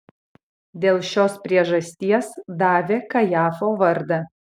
dėl šios priežasties davė kajafo vardą